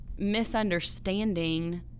misunderstanding